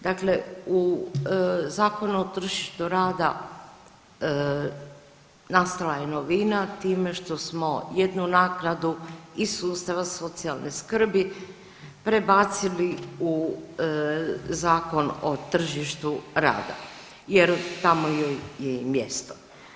Dakle, u Zakonu o tržištu rada nastala je novina time što smo jednu naknadu iz sustava socijalne skrbi prebacili u Zakon o tržištu rada jer tamo joj je i mjesto.